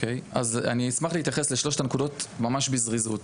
אשמח להתייחס לשלוש הנקודות בזריזות.